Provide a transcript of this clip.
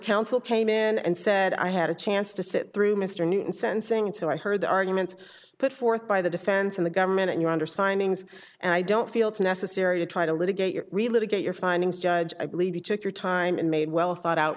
counsel came in and said i had a chance to sit through mr newton sensing so i heard the arguments put forth by the defense and the government and you're under signings and i don't feel it's necessary to try to litigate your religious get your findings judge i believe you took your time and made well thought out